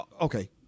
okay